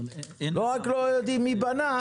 לא רק שלא יודעים מי בנה,